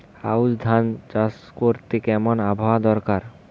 আউশ ধান চাষ করতে কেমন আবহাওয়া দরকার?